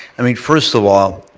i mean first of all,